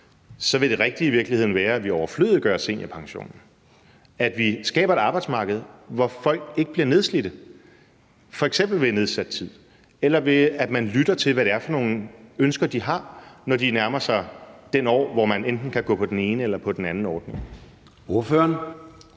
så vil det rigtige i virkeligheden være, at vi overflødiggør seniorpensionen? Vil det rigtige ikke være, at vi skaber et arbejdsmarked, hvor folk ikke bliver nedslidte, f.eks. ved at tilbyde nedsat tid eller ved at man lytter til, hvad det er for nogle ønsker, de har, når de nærmer sig den alder, hvor man enten kan gå på den ene eller den anden ordning?